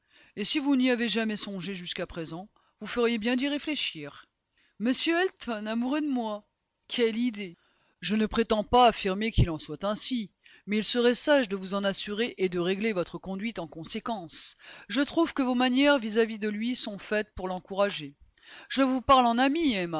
et si vous n'y avez jamais songé jusqu'à présent vous ferez bien d'y réfléchir m elton amoureux de moi quelle idée je ne prétends pas affirmer qu'il en soit ainsi mais il sera sage de vous en assurer et de régler votre conduite en conséquence je trouve que vos manières vis-à-vis de lui sont faites pour l'encourager je vous parle en ami